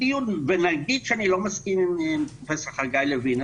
ונגיד שאני לא מסכים עם פרופ' חגי לוין,